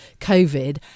COVID